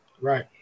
Right